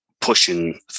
pushing